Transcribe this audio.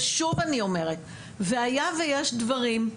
ושוב אני אומרת, והיה ויש דברים,